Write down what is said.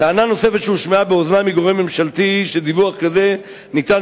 טענה נוספת שהושמעה באוזני מגורם ממשלתי היא שדיווח כזה ניתן